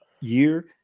year